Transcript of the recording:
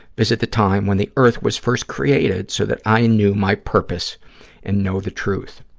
visit the time when the earth was first created so that i knew my purpose and know the truth.